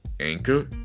Anchor